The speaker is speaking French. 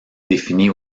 définis